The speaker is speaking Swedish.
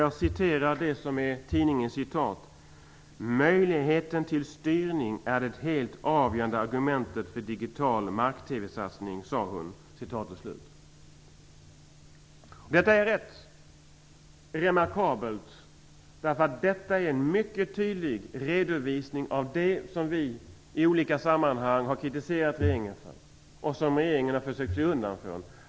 Jag citerar ur tidningen: "Möjligheten till styrning är det helt avgörande argumentet för digital mark-TV satsning, sa hon." Detta är remarkabelt. Det är en mycket tydlig redovisning av det som vi i olika sammanhang har kritiserat regeringen för och som regeringen har försökt fly undan från.